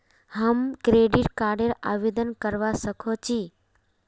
हम credit card आवेदन करवा संकोची?